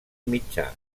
mitjà